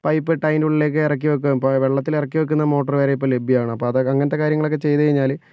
പൈപ്പിട്ട് അതിനുള്ളിലേക്ക് ഇറക്കി വെക്കുകയും ഇപ്പോൾ വെള്ളത്തിൽ ഇറക്കി വെക്കുന്ന മോട്ടർ വരെ ഇപ്പോൾ ലഭ്യമാണ് ഇപ്പോൾ ഇതോ അങ്ങനത്തെ കാര്യങ്ങളൊക്കെ ചെയ്ത് കഴിഞ്ഞാൽ